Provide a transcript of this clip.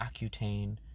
Accutane